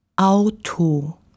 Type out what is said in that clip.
Auto